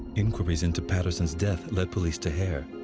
inquires into patterson's death lead police to hare.